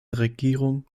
regierung